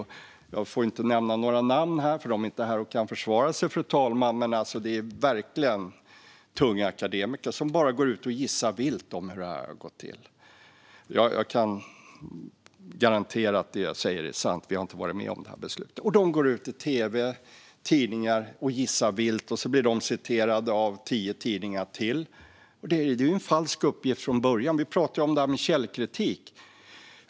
Jag får inte nämna några namn, fru talman, för de är inte här och kan försvara sig. Men det är verkligen tunga akademiker som bara går ut och gissar vilt när det gäller hur det här har gått till. Jag kan garantera att det jag säger är sant: Vi har inte varit med om detta beslut. Men de här akademikerna går ut i tv och tidningar och gissar vilt, och sedan blir de citerade av tio tidningar till. Det är ju en falsk uppgift från början! Vi pratar om källkritik.